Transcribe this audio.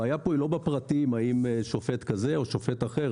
הבעיה היא לא בפרטים, האם שופט כזה או שופט אחר.